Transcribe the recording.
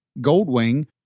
Goldwing